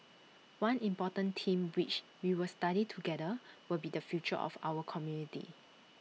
one important theme which we will study together will be the future of our community